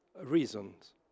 reasons